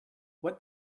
what